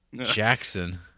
Jackson